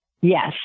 Yes